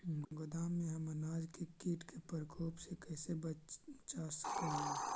गोदाम में हम अनाज के किट के प्रकोप से कैसे बचा सक हिय?